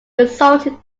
resulted